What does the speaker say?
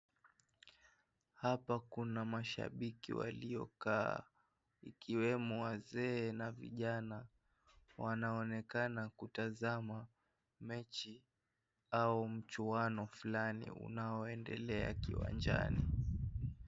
Hapa kuna mashabiki waliokaa, ikiwemo wazee na vijana. Wanaonekana kutazama mechi au mchwano fulani unaoendelea kiwanjani.